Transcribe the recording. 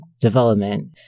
development